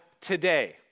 today